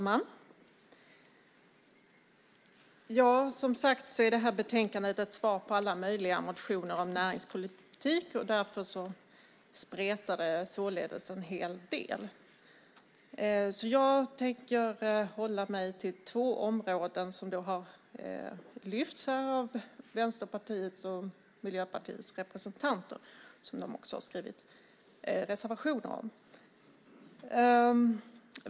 Fru talman! Detta betänkande är som sagt ett svar på alla möjliga motioner om näringspolitik och spretar således en hel del. Jag tänker hålla mig till två områden som har lyfts fram här av Vänsterpartiets och Miljöpartiets representanter och som de också har skrivit reservationer om.